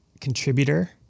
contributor